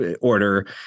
order